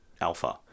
Alpha